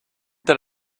that